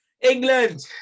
England